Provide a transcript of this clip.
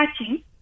touching